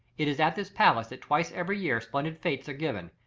it is at this palace that twice every year splendid fetes are given,